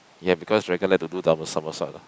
ya because dragon like to do double somersault lah